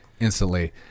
instantly